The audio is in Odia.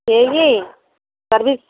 ସିଏ କି ସର୍ଭିସ୍